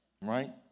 right